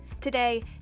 Today